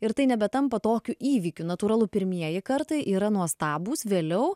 ir tai nebetampa tokiu įvykiu natūralu pirmieji kartai yra nuostabūs vėliau